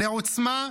לעוצמה,